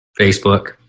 Facebook